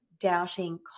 doubting